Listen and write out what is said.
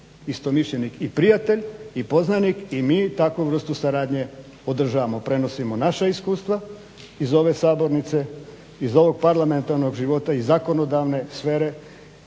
istomišljenik i prijatelj i poznanik i mi takvu vrstu saradnje održavamo, prenosimo naša iskustva iz ove sabornice, iz ovog parlamentarnog života, iz zakonodavne sfere